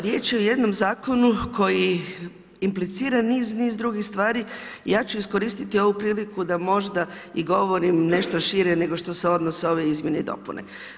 Riječ je o jednom zakonu koji implicira niz, niz drugih stvari i ja ću iskoristiti ovu priliku da možda i govorim nešto šire nego što se odnose ove izmjene i dopune.